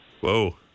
Whoa